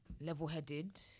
level-headed